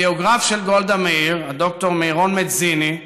הביוגרף של גולדה מאיר, ד"ר מירון מדזיני,